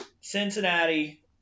Cincinnati